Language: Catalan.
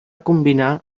combinar